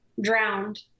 drowned